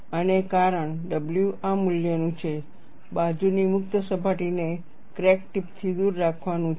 અને કારણ w આ મૂલ્યનું છે બાજુની મુક્ત સપાટીને ક્રેક ટિપ થી દૂર રાખવાનું છે